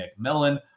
McMillan